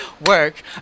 work